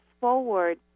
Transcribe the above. forward